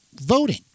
voting